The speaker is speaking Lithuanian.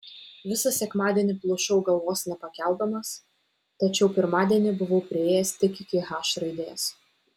visą sekmadienį plušau galvos nepakeldamas tačiau pirmadienį buvau priėjęs tik iki h raidės